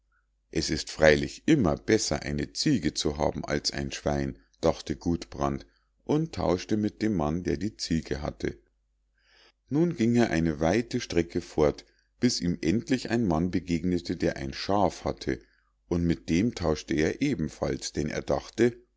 es ist freilich immer besser eine ziege zu haben als ein schwein dachte gudbrand und tauschte mit dem mann der die ziege hatte nun ging er eine weite strecke fort bis ihm endlich ein mann begegnete der ein schaf hatte und mit dem tauschte er ebenfalls denn er dachte